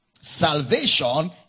Salvation